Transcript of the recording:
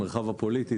המרחב הפוליטי.